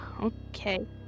Okay